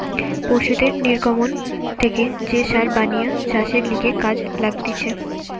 পশুদের নির্গমন থেকে যে সার বানিয়ে চাষের লিগে কাজে লাগতিছে